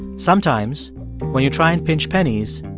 sometimes when you try and pinch pennies,